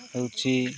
ହେଉଛି